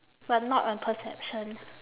but not on perception